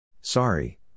Sorry